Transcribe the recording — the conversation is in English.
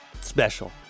special